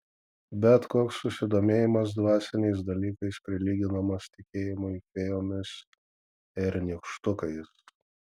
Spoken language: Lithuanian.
bet koks susidomėjimas dvasiniais dalykais prilyginamas tikėjimui fėjomis ir nykštukais